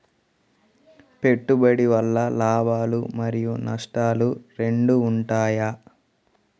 పెట్టుబడి వల్ల లాభాలు మరియు నష్టాలు రెండు ఉంటాయా?